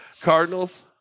Cardinals